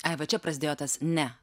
ai va čia prasidėjo tas ne